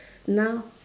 now